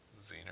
Zener